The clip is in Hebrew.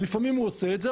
ולפעמים הוא עושה את זה,